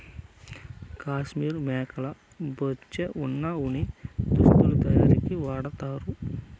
కాశ్మీర్ మేకల బొచ్చే వున ఉన్ని దుస్తులు తయారీకి వాడతన్నారు